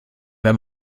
wenn